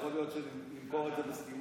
יכול להיות שנמכור את זה בסטימצקי.